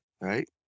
Right